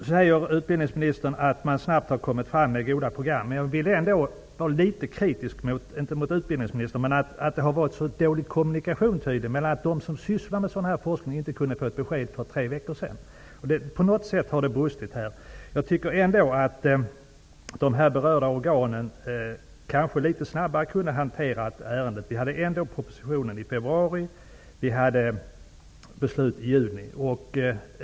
Nu säger utbildningsministern att man snabbt har kommit fram med goda program, men jag vill ändå vara litet kritisk, inte mot utbildningsministern men mot att det har varit så dålig kommunikation, att de som sysslar med sådan här forskning inte kunde få ett besked för tre veckor sedan. På något sätt har det brustit i det avseendet. Jag tycker att de berörda organen kunde ha hanterat ärendet litet snabbare. Propositionen förelåg ändå i februari. Vi fattade beslut i juni.